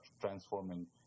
transforming